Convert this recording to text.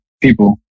people